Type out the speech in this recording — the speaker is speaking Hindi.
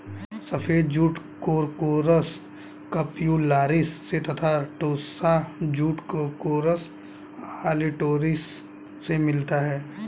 सफ़ेद जूट कोर्कोरस कप्स्युलारिस से तथा टोस्सा जूट कोर्कोरस ओलिटोरियस से मिलता है